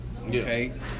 okay